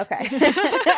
okay